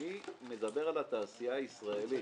אני מדבר על התעשייה הישראלית.